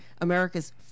America's